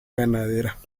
ganadera